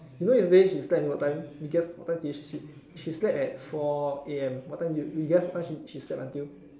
you know yesterday she slept until what time you guess what time she slept at four A_M what time you guess you guess what time she slept until